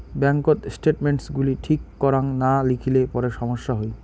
ব্যাঙ্ককোত স্টেটমেন্টস গুলি ঠিক করাং না লিখিলে পরে সমস্যা হই